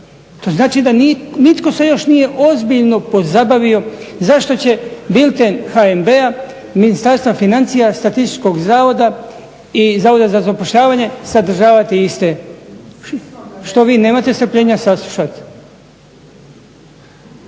To znači da nitko se još nije ozbiljno pozabavio, zašto će bilten HNB-a, Ministarstva financija, Statističkog zavoda i Zavoda za zapošljavanje sadržavati iste? Što vi nemate strpljenja saslušati?